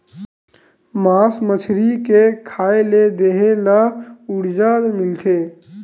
मास मछरी के खाए ले देहे ल उरजा मिलथे